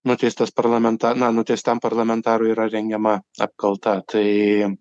nuteistas parlamenta na nuteistam parlamentarui yra rengiama apkalta tai